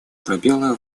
пробелы